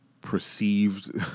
perceived